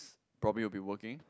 probably will be working